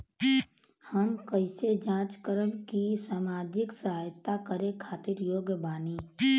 हम कइसे जांच करब की सामाजिक सहायता करे खातिर योग्य बानी?